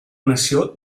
nació